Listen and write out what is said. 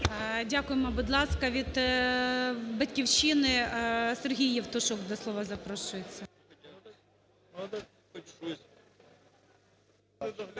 Дякуємо. Будь ласка, від "Батьківщини" Сергій Євтушок до слова запрошується.